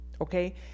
Okay